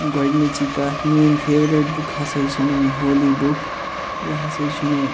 گۄڈٕنِچی کَتھ میٲنۍ فیورِٹ بُک ہسا چھِ میٲنۍ ہولی بُک یہِ ہسا چھِ مےٚ